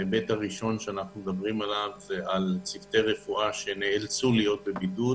ההיבט הראשון שאנחנו מדברים עליו הוא צוותי הרפואה שנאלצו להיות בבידוד